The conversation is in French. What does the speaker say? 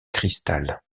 cristal